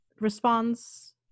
response